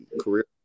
career